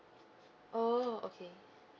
oh okay